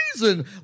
reason